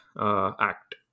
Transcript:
act